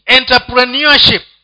Entrepreneurship